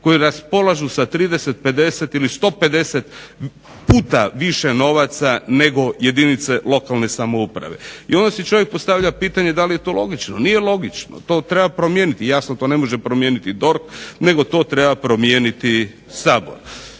koji raspolažu sa 30, 50 ili 150 puta više novaca nego jedinice lokalne samouprave i onda si čovjek postavlja pitanje da li je to logično, nije logično, to ne može promijeniti DORH nego to treba promijeniti Sabor.